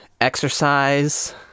EXERCISE